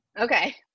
Okay